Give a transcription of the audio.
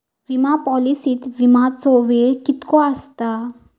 विमा पॉलिसीत विमाचो वेळ कीतको आसता?